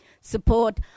support